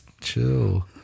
chill